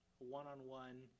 one-on-one